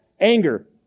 Anger